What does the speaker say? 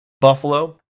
Buffalo